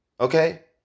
Okay